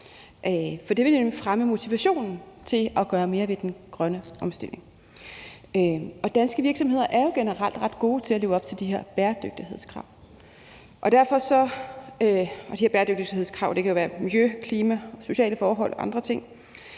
nemlig fremme motivationen til at gøre mere ved den grønne omstilling. Danske virksomheder er jo generelt ret gode til at leve op til de her bæredygtighedskrav, og det kan være til miljø, klima, sociale forhold og andre ting.